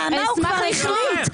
נעמה, הוא כבר החליט.